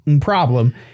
problem